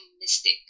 mystic